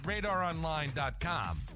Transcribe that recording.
radaronline.com